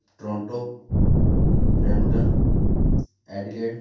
Toronto Brampton Adelaide